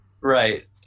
right